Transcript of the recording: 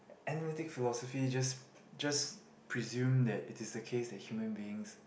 analytic philosophy just just presume that it is the case that human beings